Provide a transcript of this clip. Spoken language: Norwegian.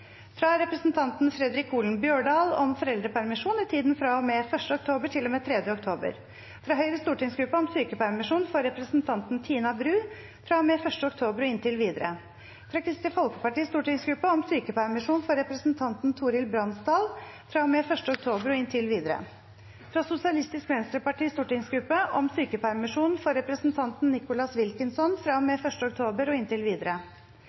fra representanten Fredric Holen Bjørdal om foreldrepermisjon i tiden fra og med 1. oktober til og med 3. oktober fra Høyres stortingsgruppe om sykepermisjon for representanten Tina Bru fra og med 1. oktober og inntil videre fra Kristelig Folkepartis stortingsgruppe om sykepermisjon for representanten Torhild Bransdal fra og med 1. oktober og inntil videre fra Sosialistisk Venstrepartis stortingsgruppe om sykepermisjon for representanten Nicholas Wilkinson fra og